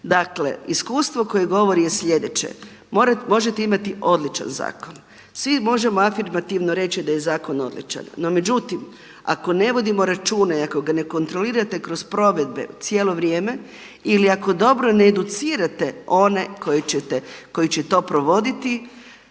dakle iskustvo koje govori je slijedeće možete imati odličan zakon, svi možemo afirmativno reći da je zakon odličan no međutim ako ne vodimo računa i ako ga ne kontrolirate kroz provedbe cijelo vrijeme ili ako dobro ne educirate one koje ćete, koji